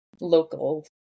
local